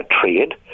trade